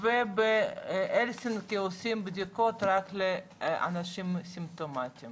ובהלסינקי עושים בדיקות רק לאנשים סימפטומטיים